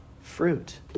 fruit